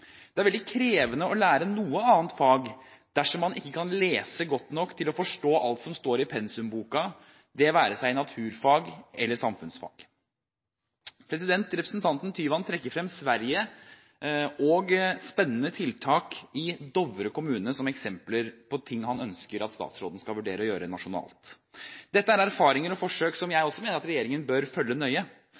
Det er veldig krevende å lære noe annet fag dersom man ikke kan lese godt nok til å forstå alt som står i pensumboken, det være seg i naturfag eller i samfunnsfag. Representanten Tyvand trekker frem Sverige og spennende tiltak i Dovre kommune som eksempler på ting han ønsker at statsråden skal vurdere å gjøre nasjonalt. Dette er erfaringer og forsøk som jeg også mener at regjeringen bør følge nøye.